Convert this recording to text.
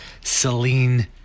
Celine